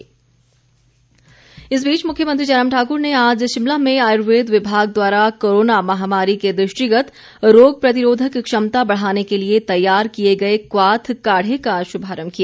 मुख्यमंत्री मुख्यमंत्री जयराम ठाकुर ने आज शिमला में आयुर्वेद विभाग द्वारा कोरोना महामारी के दृष्टिगत रोग प्रतिरोधक क्षमता बढ़ाने के लिए तैयार किए गए क्वाथ काढ़े का शुभारम्भ किया